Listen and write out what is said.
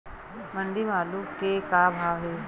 मंडी म आलू के का भाव हे?